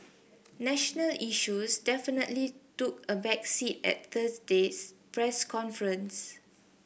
national issues definitely took a back seat at Thursday's press conference